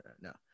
no